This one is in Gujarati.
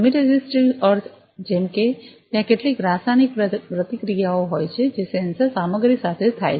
કેમી રેઝિસ્ટિવ અર્થ જેમ કે ત્યાં કેટલીક રાસાયણિક પ્રતિક્રિયા હોય છે જે સેન્સર સામગ્રી સાથે થાય છે